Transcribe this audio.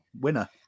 winner